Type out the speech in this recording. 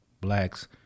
blacks